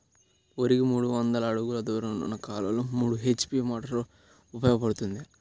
వరికి మూడు వందల అడుగులు దూరంలో ఉన్న కాలువలో మూడు హెచ్.పీ మోటార్ ఉపయోగపడుతుందా?